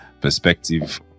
perspective